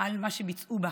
על מה שביצעו בה,